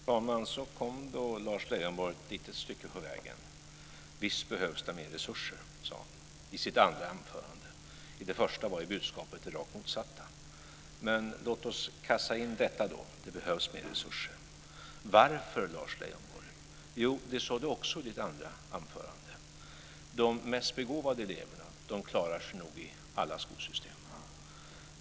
Fru talman! Så kom då Lars Leijonborg ett litet stycke på vägen. Visst behövs det mer resurser, sade han i sitt andra anförande. I det första var budskapet det rakt motsatta. Men låt oss tillgodoräkna oss detta: Det behövs mer resurser. Varför, Lars Leijonborg? Jo, det sade du också i ditt andra anförande. De mest begåvade eleverna klarar sig nog i alla skolsystem.